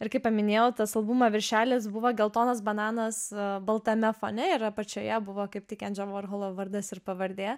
ir kaip paminėjau tas albumo viršelis buvo geltonas bananas baltame fone ir apačioje buvo kaip tik endžio vorholo vardas ir pavardė